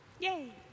Yay